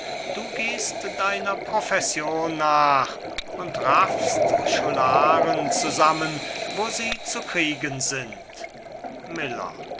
du gehst deiner profession nach und raffst scholaren zusammen wo sie zu kriegen sind miller